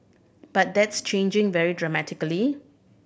but that's changing very dramatically